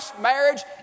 marriage